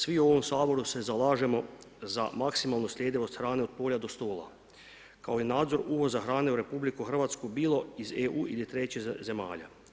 Svi u ovom Saboru se zalažemo za maksimalnu sljedivost hrane od polja do stola kao i nadzor uvoza hrane u RH bilo iz EU ili trećih zemalja.